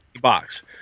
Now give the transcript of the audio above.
Box